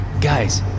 Guys